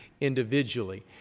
individually